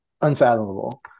unfathomable